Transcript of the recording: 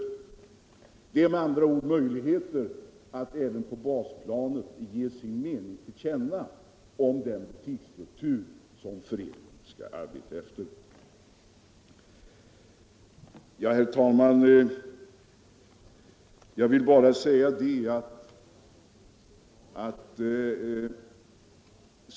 Det finns med andra ord möjligheter att även på basplanet ge sin mening till känna om den butiksstruktur föreningen skall arbeta efter.